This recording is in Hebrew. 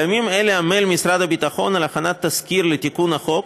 בימים אלה עמל משרד הביטחון על הכנת תזכיר לתיקון החוק,